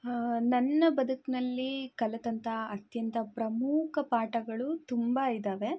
ಹ ನನ್ನ ಬದುಕಿನಲ್ಲೀ ಕಲಿತಂಥ ಅತ್ಯಂತ ಪ್ರಮುಖ ಪಾಠಗಳು ತುಂಬ ಇದ್ದಾವೆ